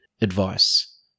advice